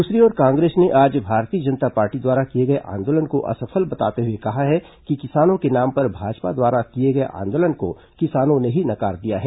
दूसरी ओर कांग्रेस ने आज भारतीय जनता पार्टी द्वारा किए गए आंदोलन को असफल बताते हुए कहा है कि किसानों के नाम पर भाजपा द्वारा किए गए आंदोलन को किसानों ने ही नकार दिया है